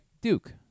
Duke